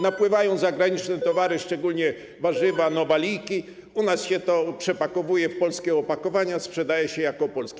Napływają zagraniczne towary, szczególnie warzywa, nowalijki, u nas się to przepakowuje w polskie opakowania, sprzedaje się jako polskie.